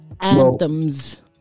anthems